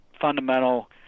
fundamental